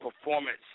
performance